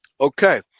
Okay